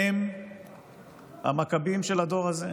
הם המכבים של הדור הזה,